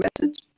message